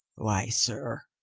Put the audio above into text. why, sir,